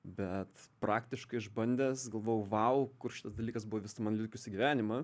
bet praktiškai išbandęs galvojau vau kur šitas dalykas buvo visą mano likusį gyvenimą